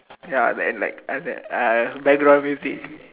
ya and that like as that uh background music